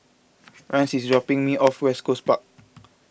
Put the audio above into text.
Rance is dropping me off West Coast Park